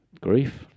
Grief